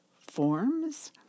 forms